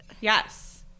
yes